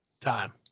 Time